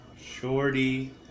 Shorty